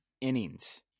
innings